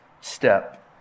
step